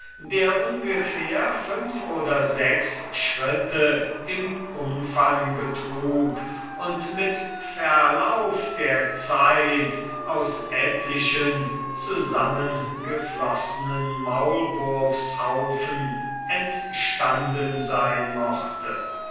der ungefähr fünf oder sechs schritte im umfang betrug und mit verlauf der zeit aus etlichen zusammengeflossenen maulwurfshaufen entstanden sein mochte